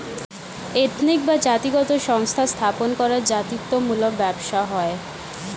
ethnic বা জাতিগত সংস্থা স্থাপন করা জাতিত্ব মূলক ব্যবসা হয়